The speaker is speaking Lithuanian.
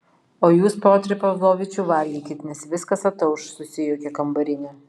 o jūs piotrai pavlovičiau valgykit nes viskas atauš susijuokė kambarinė